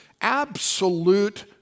absolute